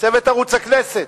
לצוות ערוץ הכנסת,